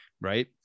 Right